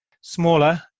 smaller